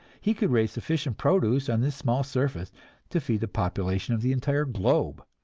he could raise sufficient produce on this small surface to feed the population of the entire globe.